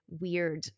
weird